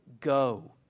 go